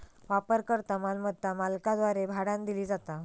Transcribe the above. वापरकर्ता मालमत्ता मालकाद्वारे भाड्यानं दिली जाता